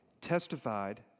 Testified